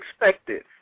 expected